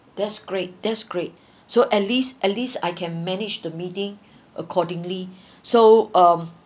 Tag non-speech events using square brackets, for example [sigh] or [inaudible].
that's great that's great [breath] so at least at least I can manage the meeting accordingly [breath] so um